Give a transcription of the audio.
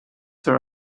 her